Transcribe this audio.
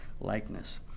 likeness